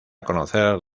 conocer